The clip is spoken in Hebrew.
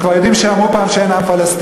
אנחנו כבר יודעים שאמרו פעם שאין עם פלסטיני,